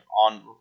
on